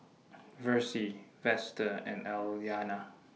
Versie Vester and Alayna